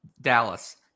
Dallas